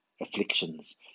afflictions